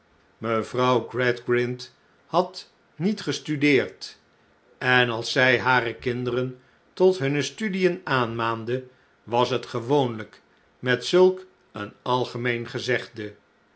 vrouw gradgrind had niet gestudeerd en als zij hare kinderen tot hunne studien aanmaande was het gewoonlijk met zulk een algemeen gezegde